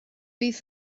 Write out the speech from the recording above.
bydd